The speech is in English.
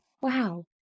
Wow